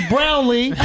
Brownlee